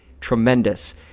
tremendous